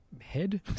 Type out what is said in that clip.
head